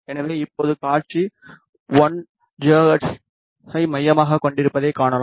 எனவே இப்போது காட்சி 1 ஜிகாஹெர்ட்ஸை மையமாகக் கொண்டிருப்பதைக் காணலாம்